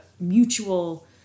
mutual